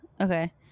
Okay